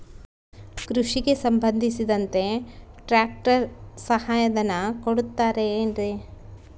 ಕೃಷಿಗೆ ಸಂಬಂಧಿಸಿದಂತೆ ಟ್ರ್ಯಾಕ್ಟರ್ ಸಹಾಯಧನ ಕೊಡುತ್ತಾರೆ ಏನ್ರಿ?